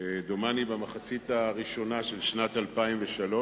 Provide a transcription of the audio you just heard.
דומני במחצית הראשונה של 2003,